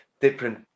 different